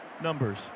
numbers